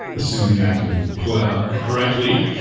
assuming i can pull it out correctly,